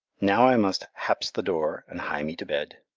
now i must hapse the door, and hie me to bed.